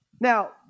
Now